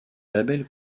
label